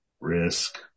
risk